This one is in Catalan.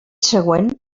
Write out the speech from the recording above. següent